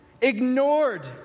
ignored